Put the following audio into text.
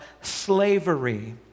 slavery